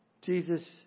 Jesus